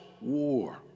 war